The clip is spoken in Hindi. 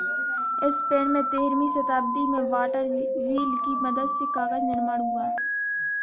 स्पेन में तेरहवीं शताब्दी में वाटर व्हील की मदद से कागज निर्माण हुआ